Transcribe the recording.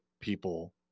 people